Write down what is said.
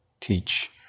teach